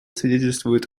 свидетельствует